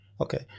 Okay